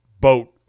boat